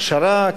הכשרה,